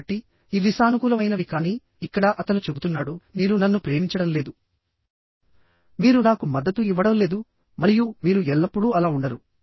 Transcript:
కాబట్టి ఇవి సానుకూలమైనవి కానీ ఇక్కడ అతను చెబుతున్నాడు మీరు నన్ను ప్రేమించడం లేదు మీరు నాకు మద్దతు ఇవ్వడం లేదు మరియు మీరు ఎల్లప్పుడూ అలా ఉండరు